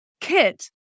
kit